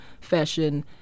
fashion